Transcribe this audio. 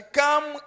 come